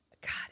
God